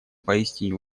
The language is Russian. поистине